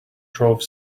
drove